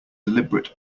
deliberate